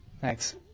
thanks